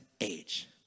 age